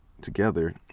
together